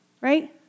right